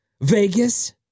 Vegas